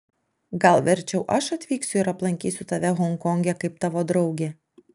gal verčiau aš atvyksiu ir aplankysiu tave honkonge kaip tavo draugė